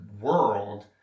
world